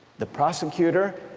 the prosecutor